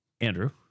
andrew